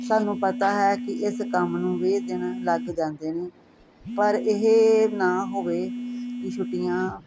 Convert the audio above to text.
ਸਾਨੂੰ ਪਤਾ ਹੈ ਕਿ ਇਸ ਕੰਮ ਨੂੰ ਵੀਹ ਦਿਨ ਲੱਗ ਜਾਂਦੇ ਨੇ ਪਰ ਇਹ ਨਾ ਹੋਵੇ ਕਿ ਛੁੱਟੀਆਂ